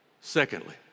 Secondly